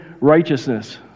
righteousness